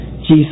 Jesus